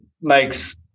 makes